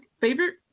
favorite